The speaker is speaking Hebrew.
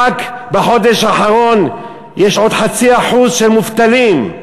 רק בחודש האחרון יש עוד 0.5% של מובטלים.